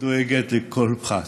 שדואגת לכל פרט,